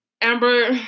Amber